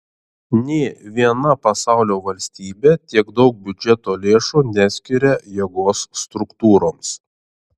nė viena pasaulio valstybė tiek daug biudžeto lėšų neskiria jėgos struktūroms